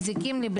ומזיקים לבריאות.